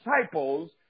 disciples